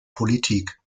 politik